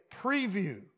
preview